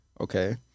okay